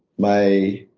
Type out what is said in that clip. my